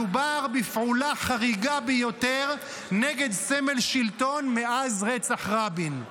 מדובר בפעולה חריגה ביותר נגד סמל שלטון מאז רצח רבין.